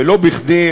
ולא בכדי,